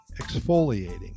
exfoliating